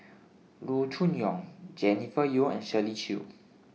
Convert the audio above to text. Loo Choon Yong Jennifer Yeo and Shirley Chew